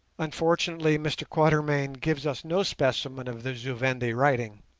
unfortunately mr quatermain gives us no specimen of the zu-vendi writing,